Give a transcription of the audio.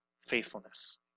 faithfulness